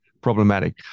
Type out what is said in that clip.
problematic